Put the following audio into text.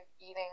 eating